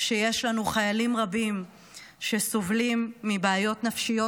שיש לנו חיילים רבים שסובלים מבעיות נפשיות.